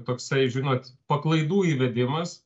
toksai žinot paklaidų įvedimas